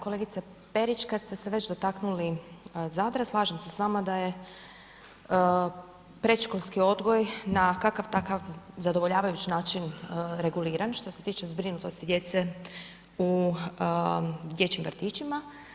Kolegice Perić, kada ste se već dotaknuli Zadra slažem s vama da je predškolski odgoj na kakav-takav zadovoljavajući način reguliran što se tiče zbrinutosti djece u dječjim vrtićima.